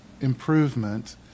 improvement